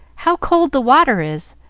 how cold the water is!